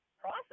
process